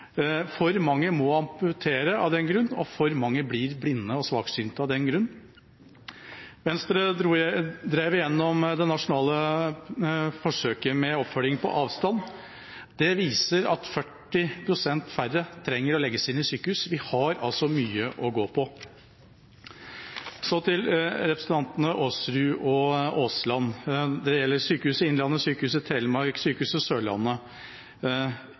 for mange må amputere av den grunn, og for mange blir blinde og svaksynte av den grunn. Venstre drev igjennom det nasjonale forsøket med oppfølging på avstand. Det viser at 40 pst. færre trenger å legges inn på sykehus. Vi har altså mye å gå på. Så til representantene Aasrud og Aasland når det gjelder Sykehuset Innlandet, Sykehuset Telemark og Sørlandet sykehus: Hvorfor ikke se på en samordning av Sykehuset